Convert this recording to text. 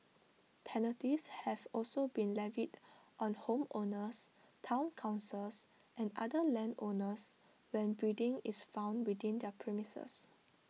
penalties have also been levied on homeowners Town councils and other landowners when breeding is found within their premises